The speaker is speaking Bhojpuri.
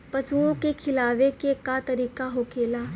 पशुओं के खिलावे के का तरीका होखेला?